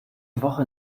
woche